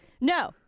No